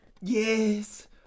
Yes